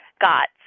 got